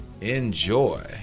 Enjoy